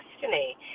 destiny